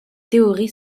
théorie